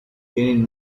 tienen